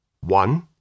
One